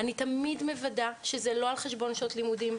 אני תמיד מוודאה שזה לא על חשבון שעות לימודים.